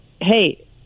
hey